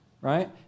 right